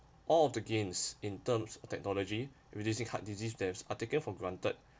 all of the gains in terms of technology reducing heart disease deaths are taken for granted